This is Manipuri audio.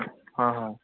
ꯍꯣꯏ ꯍꯣꯏ